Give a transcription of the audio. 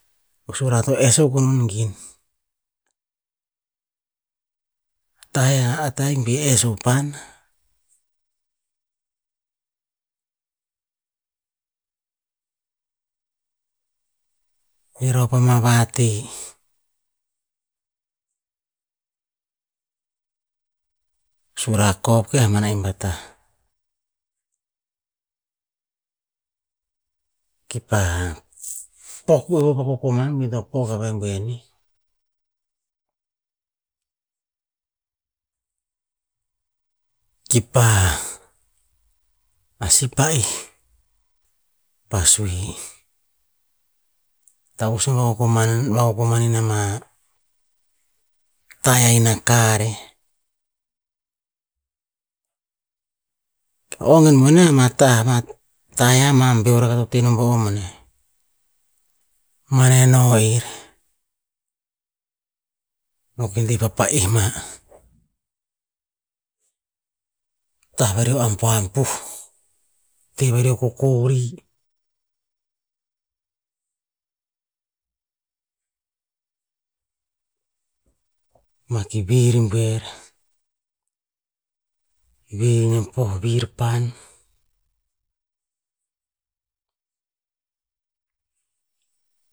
O sura to ess akuk non gin, tah eh tah ahik bi ess o pan, i rov pa ma vateh, sura koh peha bana imba tah. Kipa pok enn pa vakokoman bi to pok avah boe nih, kipa a sih pa'eh pa sue, "tavus en a vakokoman- vakokoman inamah taia ina kar eh". O gen boneh ama tah ama taia ama beor rakah to tehnom po o boneh, maneh no er, no ke deh pa pa'eh ma, tah vera o ambu- ambuh, teh vari o kokori, ma ki vir i boer. Vir nem to poh vir pan,